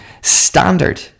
standard